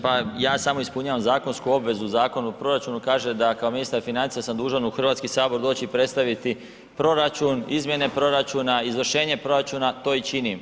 Pa ja samo ispunjavam zakonsku obvezu u Zakonu o proračunu kaže da kao ministar financija sam dužan u HS doći i predstaviti proračun, izmjene proračuna, izvršenje proračuna, to i činim.